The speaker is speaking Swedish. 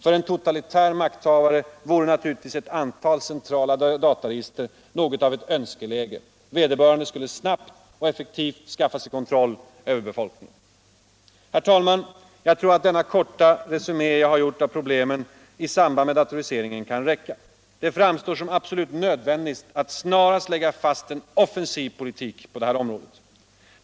För en totalitär makthavare vore naturligtvis ett antal centrala dataregister något av ett önskeläge. Vederbörande skulle snabbt och effektivt skaffa sig kontroll över befolkningen. Herr talman! Jag tror att den korta resumé jag har gjort av problemen i samband med datoriseringen kan räcka. Det framstår som absolut nödvändigt att snarast lägga fast en offensiv politik på det här området.